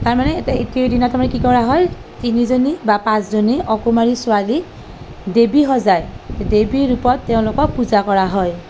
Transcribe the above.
তাৰ মানে এইটো দিনা মানে কি কৰা হয় তিনিজনী বা পাঁচজনী অকুমাৰী ছোৱালীক দেৱী সজাই দেৱীৰ ৰূপত তেওঁলোকক পূজা কৰা হয়